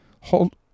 hold